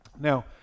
now